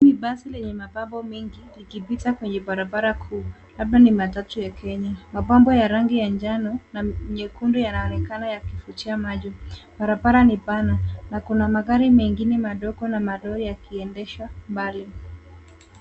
Hili ni basi lenye mapambo mengi likipita kwenye barabara kuu labda matatu ya kenya. Mapambo ya rangi ya njano na nyekundu yanaonekana yakivutia macho . Barabara ni pana na kuna magari mengine madogo na malori yakiendeshwa mbali.